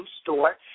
Store